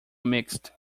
mixed